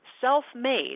self-made